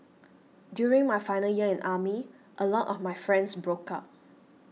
during my final year in army a lot of my friends broke up